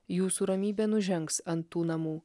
jūsų ramybė nužengs ant tų namų